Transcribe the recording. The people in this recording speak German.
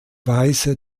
weise